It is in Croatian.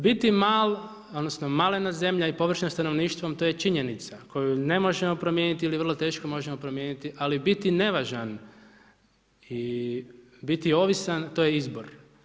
Biti mal, odnosno malena zemlja i površinom i stanovništvom, to je činjenica koju ne možemo promijeniti ili vrlo teško možemo promijeniti, ali biti nevažan i biti ovisan, to je izbor.